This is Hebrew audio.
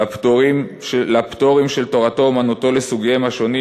לפטורים של תורתו-אומנותו לסוגיהם השונים,